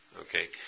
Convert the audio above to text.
Okay